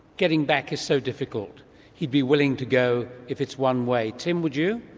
getting back is so difficult he'd be willing to go if it's one way. tim, would you?